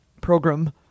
program